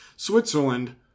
Switzerland